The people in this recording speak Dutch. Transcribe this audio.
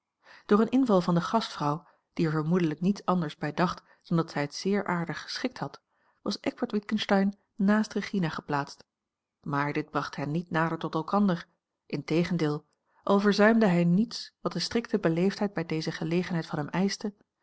door een inval van de gastvrouw die er vermoedelijk niets anders bij dacht dan dat zij het zeer aardig geschikt had was eckbert witgensteyn naast regina geplaatst maar dit bracht hen niet nader tot elkander integendeel al verzuimde hij niets wat de strikte beleefdheid bij deze gelegenheid van hem eischte